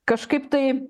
kažkaip tai